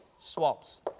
swaps